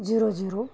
zero zero